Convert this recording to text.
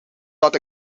not